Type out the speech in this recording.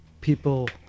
people